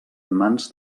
mans